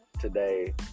today